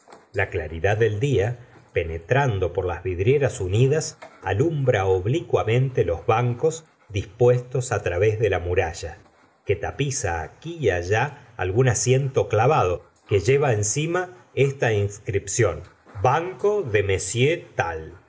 la claridad del dia penetrando por las vidrieras unidas alumbra oblicuamente los bancos dispuestos ts través de la muralla que tapiza aquí y allá algún asiento clavado que lleva encima esta inscripción banco de